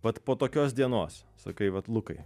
vat po tokios dienos sakai vat lukai